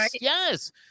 Yes